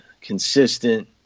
consistent